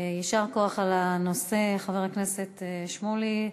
יישר כוח על הנושא, חבר הכנסת שמולי.